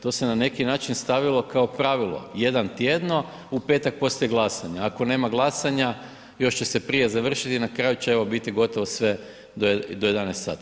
To se, to se na neki način stavilo kao pravilo jedan tjedno u petak poslije glasanja, ako nema glasanja još će se prije završiti i na kraju će evo biti gotovo sve do 11 sati.